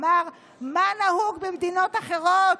אמר: מה נהוג במדינות אחרות?